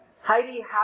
Heidi